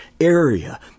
area